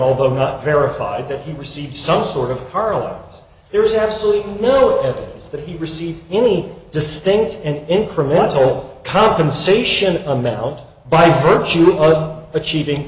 although not verified that he received some sort of carlyle's there is absolutely no evidence that he received any distinct and incremental compensation amount by virtue